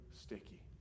sticky